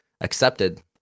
accepted